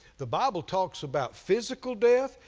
the bible talks about physical death,